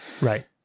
right